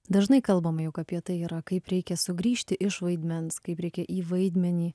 dažnai kalbama juk apie tai yra kaip reikia sugrįžti iš vaidmens kaip reikia į vaidmenį